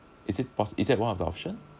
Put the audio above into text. is it pos~ is that one of the option